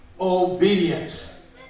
obedience